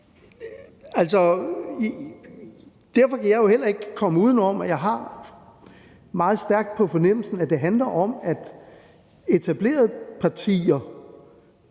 Derfor kan jeg jo heller ikke komme uden om, at jeg har meget stærkt på fornemmelsen, at det handler om, at etablerede partier